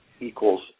equals